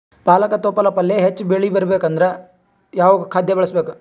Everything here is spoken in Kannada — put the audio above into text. ಪಾಲಕ ತೊಪಲ ಪಲ್ಯ ಹೆಚ್ಚ ಬೆಳಿ ಬರಬೇಕು ಅಂದರ ಯಾವ ಖಾದ್ಯ ಬಳಸಬೇಕು?